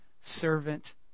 servant